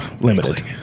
Limited